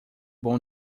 bom